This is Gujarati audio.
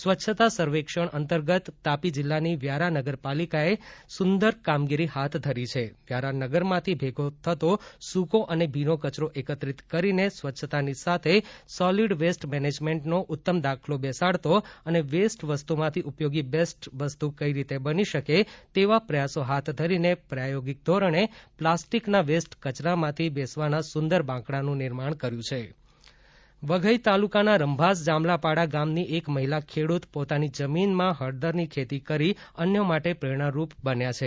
સ્વચ્છતા સર્વેક્ષણ અંતર્ગત તાપી જિલ્લાની વ્યારા નગર પાલિકા એ સુંદર કામગીરી હાથ ધરી છે વ્યારા નગર માંથી ભેગો થતો સૂકો અને ભીનો કચરો એકત્રિત કરીને સ્વચ્છતાની સાથે સોલિડ વેસ્ટ મેનેજમેન્ટ નો ઉત્તમ દાખલો બેસાડતો અને વેસ્ટ વસ્તુ માંથી ઉપયોગી બેસ્ટ વસ્તુ કઈ રીતે બની શકે તેવા પ્રયાસો હાથ ધરીને પ્રયોગિક ધોરણે પ્લાસ્ટિકના વેસ્ટ કચરા માંથી બેસવાના સુંદર બાકડાનું નિર્માણ કર્યું છે વઘઈ તાલુકાના રમ્ભાસ જામલાપાડા ગામની એક મહિલા ખેડૂત પોતાની જમીનમાં હળદરની ખેતી કરી અન્યો માટે પ્રેરણારૂપ બન્યા છે